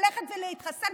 ללכת להתחסן,